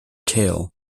tail